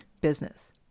business